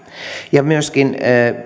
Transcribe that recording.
myöskin